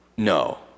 No